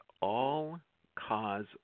all-cause